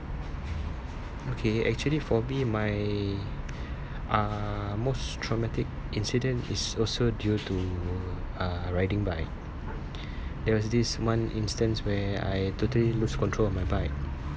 okay actually for me my uh most traumatic incident is also due to uh riding bike there was this one instance where I totally lose control of my bike